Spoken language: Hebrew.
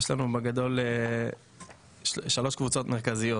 יש לנו בעצם שלוש קבוצות מרכזיות.